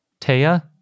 Taya